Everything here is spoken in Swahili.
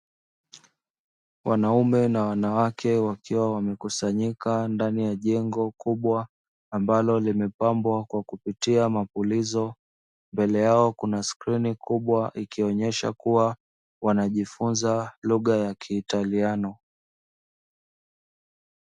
Wanaume na wanawake wakiwa wamekusanyika ndani ya jengo kubwa ambalo limepambwa kw kutumia mapulizo mbele yao kuna skrini kubwa ikionesha kuwa wanajifunza lugha ya kiitaliano.